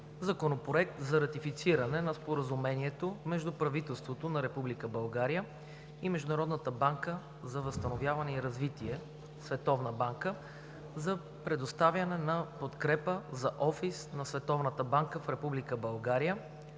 Законопроект за ратифициране на Споразумението между правителството на Република България и Международната банка за възстановяване и развитие (Световна банка) за предоставяне на подкрепа за офис на Световната банка в